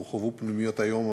הורחבו פנימיות-היום,